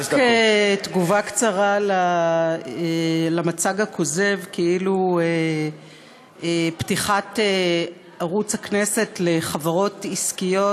רק תגובה קצרה על המצג הכוזב כאילו פתיחת ערוץ הכנסת לחברות עסקיות